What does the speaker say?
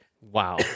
Wow